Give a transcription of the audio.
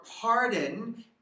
pardon